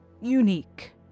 unique